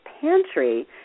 pantry